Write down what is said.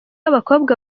abakobwa